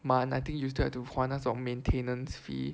month I think you still have to 还那种 maintenance fee